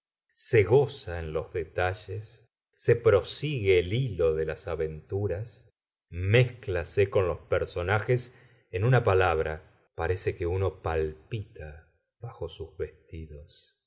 se goza en los detalles se prosigue el hilo de las aventuras mézclase con los personajes en una palabra parece que uno palpita bajo sus vestidos